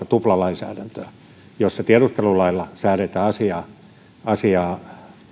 tuplalainsäädäntöä että tiedustelulailla säädetään asiaa asiaa